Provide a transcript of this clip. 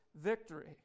victory